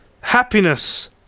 happiness